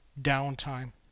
downtime